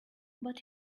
but